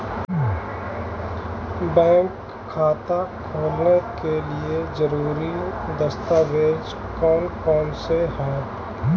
Bank खाता खोलने के लिए ज़रूरी दस्तावेज़ कौन कौनसे हैं?